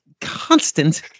constant